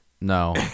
No